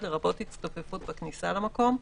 לרבות הצטופפות בכניסה למקום,